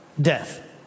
death